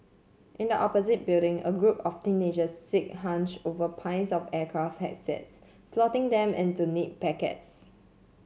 in the opposite building a group of teenager sit hunched over piles of aircraft headsets slotting them into neat packets